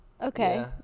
Okay